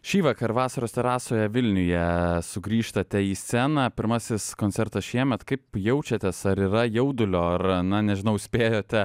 šįvakar vasaros terasoje vilniuje sugrįžtate į sceną pirmasis koncertas šiemet kaip jaučiatės ar yra jaudulio ar na nežinau spėjote